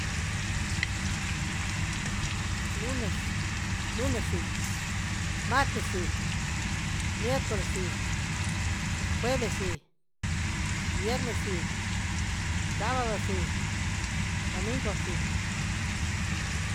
Lunes lunes si martes si miercoles si jueves si viernes si sbado si domingo si.